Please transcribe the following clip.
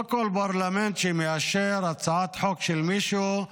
לא בכל פרלמנט שמאשר הצעת חוק של מישהו,